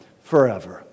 forever